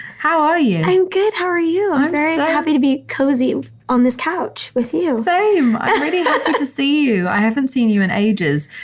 how are you? i'm good. how are you? i'm and very happy to be cozy on this couch with you same, i'm really happy to see you. i haven't seen you in ages.